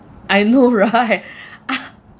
I know right uh